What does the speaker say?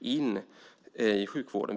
in i sjukvården.